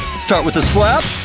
start with a slap,